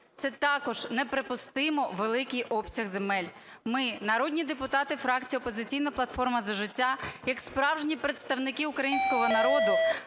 Це також неприпустимо великий обсяг земель. Ми, народні депутати фракції "Опозиційна платформа – За життя" як справжні представники українського народу